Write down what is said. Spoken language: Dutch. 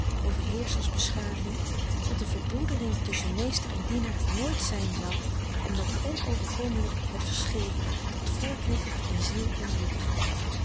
overheerschers beschaving dat een verbroedering tusschen meester en dienaar nooit zijn zal omdat onoverkomelijk het verschil blijft dat voortwoekert in ziel en bloed